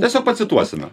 tiesiog pacituosime